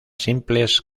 simples